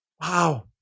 wow